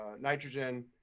nitrogen